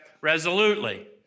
Resolutely